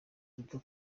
duto